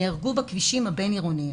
נהרגו בכבישים הבין-עירוניים.